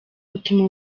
butuma